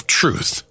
truth